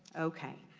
okay.